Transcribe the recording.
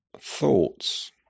thoughts